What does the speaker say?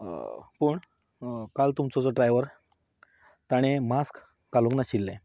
पूण काल तुमचो जो ड्रायवर ताणें मास्क घालूंक नाशिल्लें